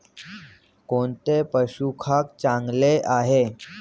कोणते पशुखाद्य चांगले आहे?